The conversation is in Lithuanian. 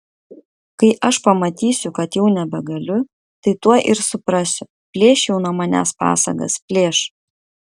kai aš pamatysiu kad jau nebegaliu tai tuoj ir suprasiu plėš jau nuo manęs pasagas plėš